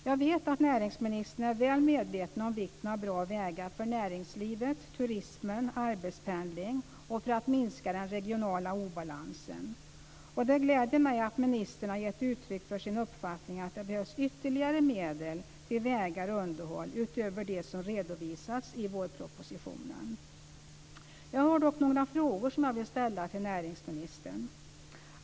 Jag vet att näringsministern är väl medveten om vikten av bra vägar för näringslivet, turismen och arbetspendling och för att minska den regionala obalansen. Det gläder mig att ministern har gett uttryck för sin uppfattning att det behövs ytterligare medel till vägar och underhåll utöver det som redovisats i vårpropositionen. Jag har dock några frågor som jag vill ställa till näringsministern.